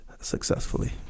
successfully